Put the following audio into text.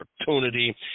opportunity